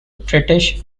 british